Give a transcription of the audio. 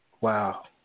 Wow